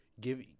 give